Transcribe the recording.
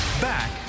Back